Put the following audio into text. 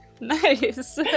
Nice